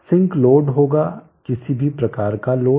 sink load होगा किसी भी प्रकार का लोड